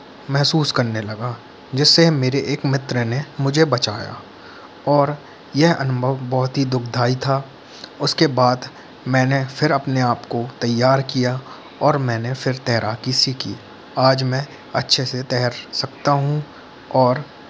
महसूस करने लगा जिससे मेरे एक मित्र ने मुझे बचाया और यह अनुभव बहुत ही दुखदायी था उसके बाद मैंने फिर अपने आप को तैयार किया और मैंने फिर तैराकी सीखी आज मैं अच्छे से तैर सकता हूँ और